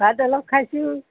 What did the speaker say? ভাত অলপ খাইছোঁ